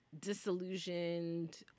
disillusioned